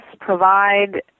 provide